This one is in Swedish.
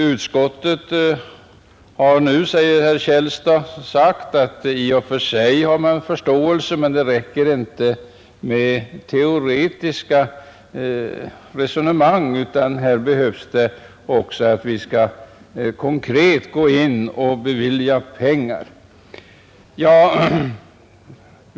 Utskottet har nu, säger herr Källstad, uttalat att i och för sig har man förståelse, men det räcker inte med teoretiska resonemang, menar herr Källstad, utan här behövs det också att vi skall konkret gå in och bevilja pengar.